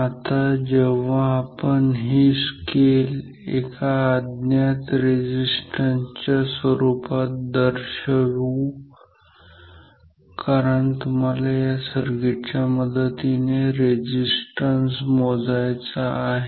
आता जेव्हा आपण ही स्केल एका अज्ञात रेझिस्टन्स च्या स्वरूपात दर्शवू कारण तुम्हाला या सर्किट च्या मदतीने रेझिस्टन्स मोजायचा आहे